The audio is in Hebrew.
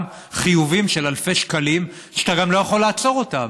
חיובים של אלפי שקלים שאתה לא יכול לעצור אותם.